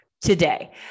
today